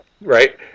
right